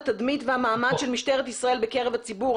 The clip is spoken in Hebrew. התמיד והמעמד של משטרת ישראל בקרב הציבור.